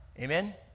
Amen